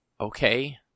Okay